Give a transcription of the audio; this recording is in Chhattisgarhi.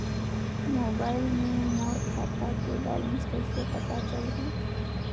मोबाइल मे मोर खाता के बैलेंस कइसे पता चलही?